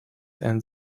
and